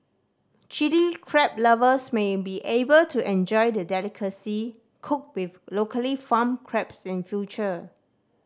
Chilli Crab lovers may be able to enjoy the delicacy cooked with locally farmed crabs in future